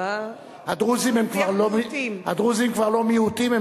הדרוזים כבר לא מיעוטים,